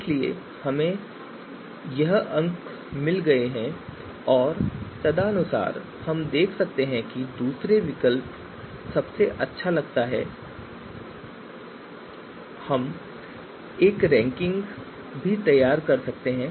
इसलिए हमें अंक मिल गए हैं और तदनुसार हम देख सकते हैं कि दूसरा विकल्प सबसे अच्छा लगता है और हम एक रैंकिंग भी तैयार कर सकते हैं